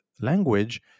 language